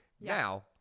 Now